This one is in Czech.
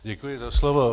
Děkuji za slovo.